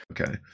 Okay